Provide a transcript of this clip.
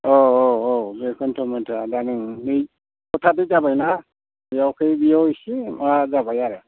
औ औ औ बेखौनोथ' ओमफाय दा नै हथायै जाबायना बेयावखै बेयाव एसे माबा जाबाय आरो